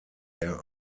there